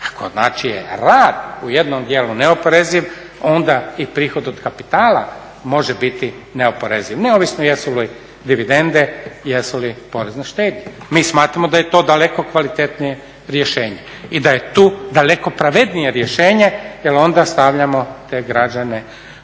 ako znači je rad u jednom dijelu neoporeziv onda i prihod od kapitala može biti neoporeziv neovisno jesu li dividende, jesu li porez na štednju. Mi smatramo da je to daleko kvalitetnije rješenje i da je tu daleko pravednije rješenje jer onda stavljamo te građane u